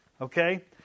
okay